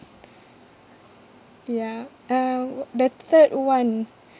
ya uh wha~ the third one